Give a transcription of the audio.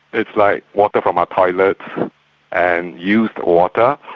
it's like water from our toilets and used water,